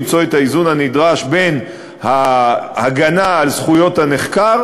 למצוא את האיזון הנדרש בין ההגנה על זכויות הנחקר